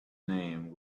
name